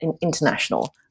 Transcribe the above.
international